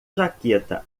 jaqueta